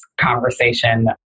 conversation